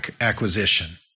acquisition